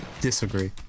disagree